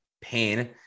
pain